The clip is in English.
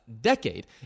decade